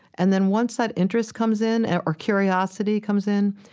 and then once that interest comes in or curiosity comes in,